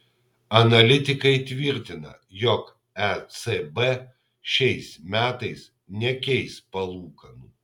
analitikai tvirtina jog ecb šiais metais nekeis palūkanų